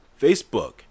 Facebook